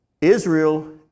Israel